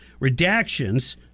redactions